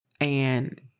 And-